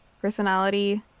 personality